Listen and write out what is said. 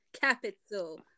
Capital